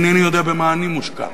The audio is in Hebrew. אני לא יודע במה אני מושקע